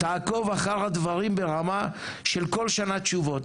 תעקוב אחר הדברים ברמה של כל שנה תשובות,